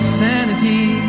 sanity